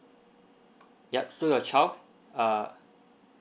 yup so your child ah